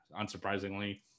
unsurprisingly